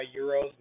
euros